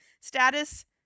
Status